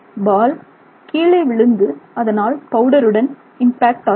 பால் கீழே விழுந்து அதனால் பவுடருடன் இம்பாக்ட் ஆகிறது